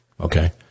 okay